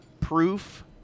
proof